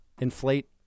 inflate